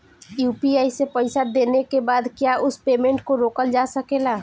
UPI से पईसा देने के बाद क्या उस पेमेंट को रोकल जा सकेला?